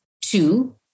two